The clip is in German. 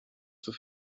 zur